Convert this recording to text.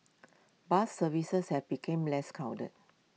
bus services have become less crowded